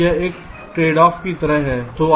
यह एक ट्रेडऑफ की तरह है